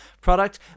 product